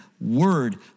word